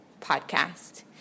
podcast